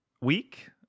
week